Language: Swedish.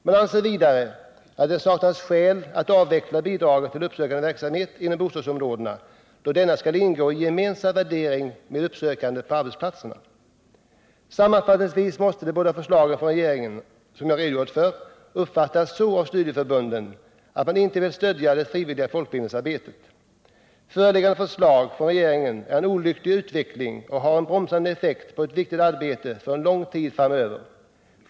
Man anser vidare att det saknas skäl att avveckla bidraget till uppsökande verksamhet inom bostadsområden då denna skall ingå i en gemensam värdering med uppsökandet på arbetsplatserna. Sammanfattningsvis måste de båda förslagen från regeringen, som jag redogjort för, uppfattas så av studieförbunden att man inte vill stödja det frivilliga folkbildningsarbetet. Föreliggande förslag från regeringen är en olycklig utveckling och har en bromsande effekt på ett viktigt arbete för lång tid framöver.